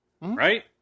right